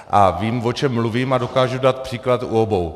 A vím, o čem mluvím, a dokážu dát příklad u obou.